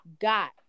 got